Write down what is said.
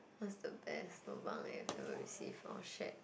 what's the best lobang you've ever receive or shared